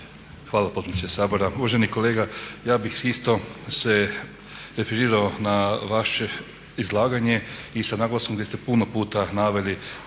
Hvala potpredsjednice Sabora. Uvaženi kolega ja bih isto se referirao na vaše izlaganje i sa naglaskom gdje ste puno puta naveli